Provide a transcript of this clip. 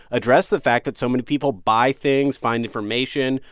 address the fact that so many people buy things, find information.